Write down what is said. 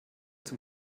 zum